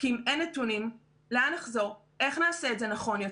שום דבר לא מבטיח לנו, לפי הנתונים שיש לנו כרגע,